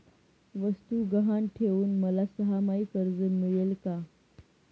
वस्तू गहाण ठेवून मला सहामाही कर्ज मिळेल का?